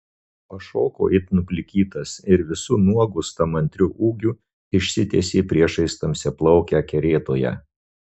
pašoko it nuplikytas ir visu nuogu stamantriu ūgiu išsitiesė priešais tamsiaplaukę kerėtoją